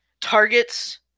Target's